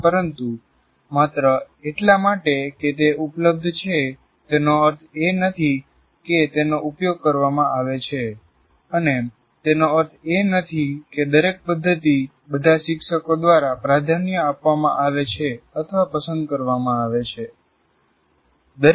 પરંતુ માત્ર એટલા માટે કે તે ઉપલબ્ધ છે તેનો અર્થ એ નથી કે તેનો ઉપયોગ કરવામાં આવે છે અને તેનો અર્થ એ નથી કે દરેક પદ્ધતિ બધા શિક્ષકો દ્વારા પ્રાધાન્ય આપવામાં આવે છે અથવા પસંદ કરવામાં આવે છે